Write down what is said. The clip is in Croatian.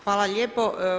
Hvala lijepo.